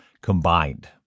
combined